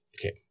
okay